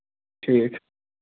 ٹھیٖک